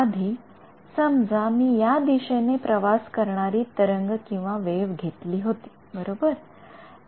आधी समजा मी या दिशेने प्रवास करणारी तरंगवेव्ह घेतली होती बरोबर